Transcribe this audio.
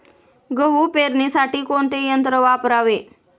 गहू पेरणीसाठी कोणते यंत्र वापरावे?